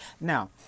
Now